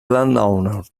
landowner